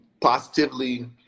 positively